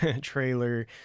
trailer